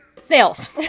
snails